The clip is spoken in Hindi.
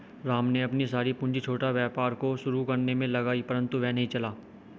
राम ने अपनी सारी पूंजी छोटा व्यापार को शुरू करने मे लगाई परन्तु वह नहीं चला